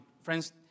Friends